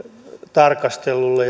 tarkastelulle